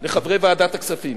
לחברי ועדת הכספים.